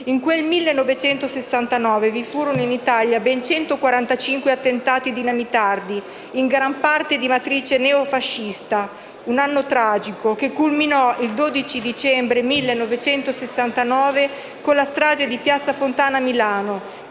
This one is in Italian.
In quel 1969 vi furono in Italia ben centoquarantacinque attentati dinamitardi, in gran parte di matrice neofascista. Fu un anno tragico, che culminò il 12 dicembre 1969 con la strage di piazza Fontana a Milano,